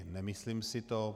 Nemyslím si to.